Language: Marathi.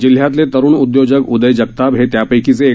जिल्ह्यातले तरुण उद्योजक उदय जगताप हे त्यापैकीच एक